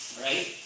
right